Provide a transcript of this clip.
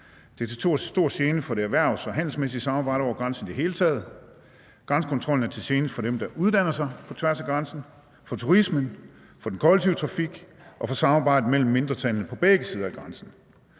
den er til stor gene for det erhvervs- og handelsmæssige samarbejde over grænsen i det hele taget, grænsekontrollen er til gene for dem, der uddanner sig på tværs af grænsen, for turismen, for den kollektive trafik og for samarbejdet mellem mindretallene på begge sider af grænsen.